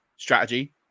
Strategy